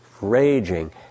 raging